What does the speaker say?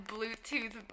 Bluetooth